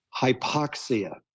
hypoxia